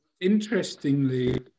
Interestingly